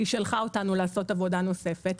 היא שלחה אותנו לעשות עבודה נוספת.